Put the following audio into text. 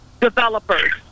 developers